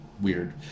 Weird